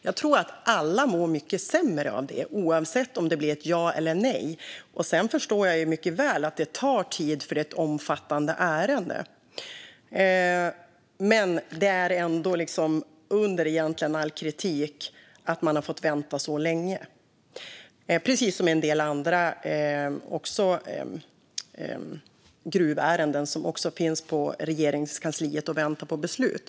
Jag tror att alla mår mycket sämre av det, oavsett om det blir ett ja eller ett nej. Sedan förstår jag mycket väl att det tar tid, för det är ett omfattande ärende. Men det är ändå under all kritik att man har fått vänta så länge, precis som i en del andra gruvärenden som också finns på Regeringskansliet och väntar på beslut.